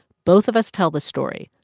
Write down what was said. both of us tell the story.